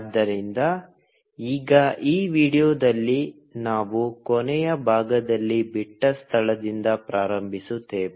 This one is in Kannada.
ಆದ್ದರಿಂದ ಈಗ ಈ ವೀಡಿಯೊದಲ್ಲಿ ನಾವು ಕೊನೆಯ ಭಾಗದಲ್ಲಿ ಬಿಟ್ಟ ಸ್ಥಳದಿಂದ ಪ್ರಾರಂಭಿಸುತ್ತೇವೆ